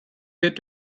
wird